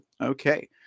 okay